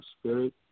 spirit